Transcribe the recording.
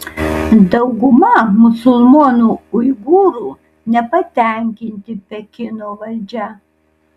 dauguma musulmonų uigūrų nepatenkinti pekino valdžia